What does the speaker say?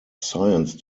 science